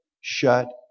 shut